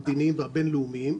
המדיניים והבין-לאומיים.